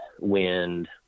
wind